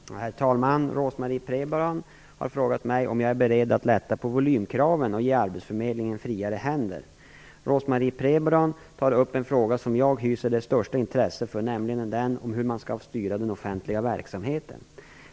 Herr talman! Rose-Marie Frebran har frågat mig om jag är beredd att lätta på volymkraven och ge arbetsförmedlingen friare händer. Rose-Marie Frebran tar upp en fråga som jag hyser det största intresse för, nämligen den om hur man skall styra den offentliga verksamheten.